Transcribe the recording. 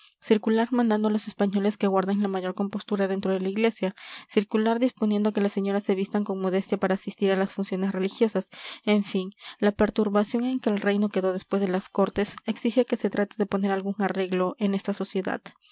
circular mandando a los españoles que guarden la mayor compostura dentro de la iglesia circular disponiendo que las señoras se vistan con modestia para asistir a las funciones religiosas en fin la perturbación en que el reino quedó después de las cortes exige que se trate de poner algún arreglo en esta sociedad